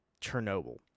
Chernobyl